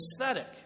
aesthetic